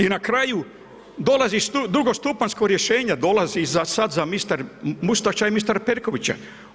I na kraju dolazi drugostupanjsko rješenje, dolazi sad za mister Mustača i mister Perkovića.